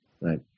Right